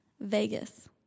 Vegas